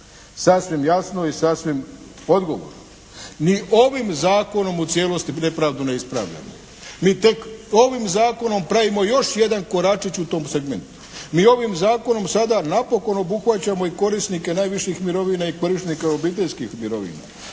sasvim jasno i sasvim odgovorno ni ovim zakonom u cijelosti nepravdu ne ispravljamo. Mi tek ovim zakonom pravimo još jedan koračić u tom segmentu. Mi ovim zakonom sada napokon obuhvaćamo i korisnike najviših mirovina i korisnike obiteljskih mirovina.